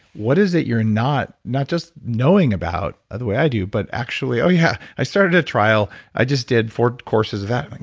what is it you're not, not just knowing about, ah the way i do, but actually oh yeah, i started a trial. i just did four courses of that and